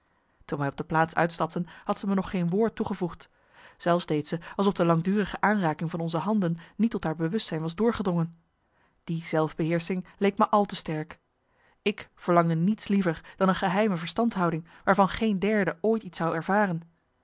toen wij op de plaats uitstapten had zij me nog geen woord toegevoegd zelfs deed ze alsof de langdurige aanraking van onze handen niet tot haar bewustzijn was doorgedrongen die zelfbeheersching leek me al te sterk ik verlangde niets liever dan een geheime verstandhouding waarvan geen derde ooit iets zou ervaren